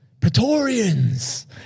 Praetorians